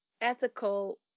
ethical